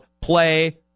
play